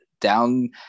down